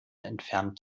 entfernt